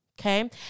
okay